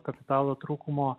kapitalo trūkumo